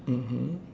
mmhmm